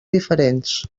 diferents